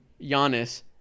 Giannis